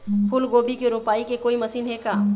फूलगोभी के रोपाई के कोई मशीन हे का?